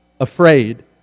afraid